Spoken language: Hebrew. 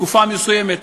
בתקופה מסוימת,